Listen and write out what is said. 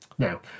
Now